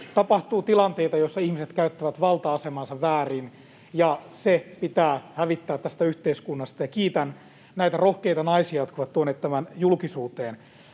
ja tilanteita, joissa ihmiset käyttävät valta-asemaansa väärin, ja se pitää hävittää tästä yhteiskunnasta. Kiitän näitä rohkeita naisia, jotka ovat tuoneet tämän julkisuuteen.